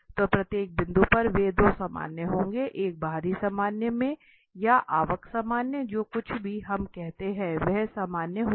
तो प्रत्येक बिंदु पर वे दो सामान्य होंगे एक बाहरी सामान्य में या आवक सामान्य जो कुछ भी हम कहते हैं वह 2 सामान्य होगा